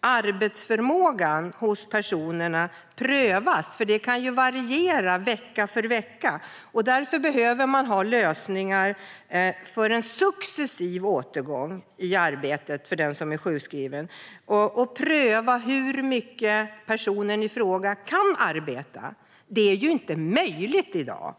arbetsförmågan hos personerna prövas. Det kan variera vecka för vecka. Därför behövs lösningar för en successiv återgång i arbete för den som är sjukskriven. Personen i fråga måste prövas för hur mycket denne kan arbeta. Det är inte möjligt i dag!